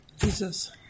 Jesus